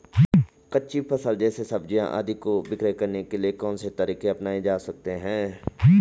कच्ची फसल जैसे सब्जियाँ आदि को विक्रय करने के लिये कौन से तरीके अपनायें जा सकते हैं?